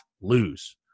lose